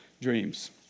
dreams